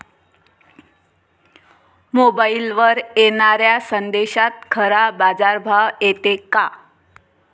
मोबाईलवर येनाऱ्या संदेशात खरा बाजारभाव येते का?